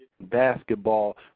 basketball